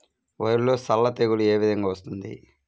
వరిలో సల్ల తెగులు ఏ విధంగా వస్తుంది?